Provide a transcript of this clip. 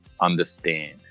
understand